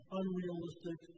unrealistic